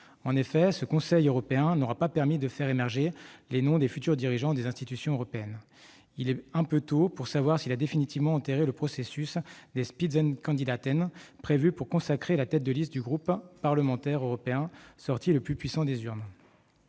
en effet, cette réunion n'aura pas permis de faire émerger les noms des futurs dirigeants des institutions européennes. Il est un peu tôt pour savoir si le Conseil européen a définitivement enterré le processus des, prévu pour consacrer la tête de liste du groupe parlementaire européen sorti le plus puissant des urnes.